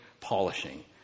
polishing